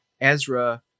ezra